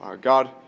God